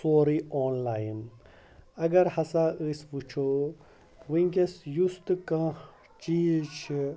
سورُے آنلایِن اگر ہَسا أسۍ وٕچھو وٕنکٮ۪س یُس تہِ کانٛہہ چیٖز چھِ